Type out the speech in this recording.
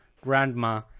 grandma